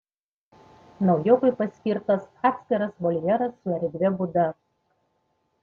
naujokui paskirtas atskiras voljeras su erdvia būda